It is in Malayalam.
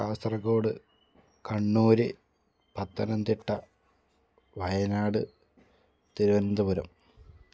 കാസർകോട് കണ്ണൂര് പത്തനംതിട്ട വയനാട് തിരുവന്തപുരം